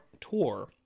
Tour